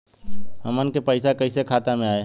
हमन के पईसा कइसे खाता में आय?